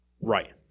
Right